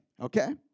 okay